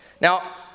Now